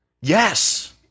Yes